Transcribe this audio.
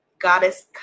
Goddess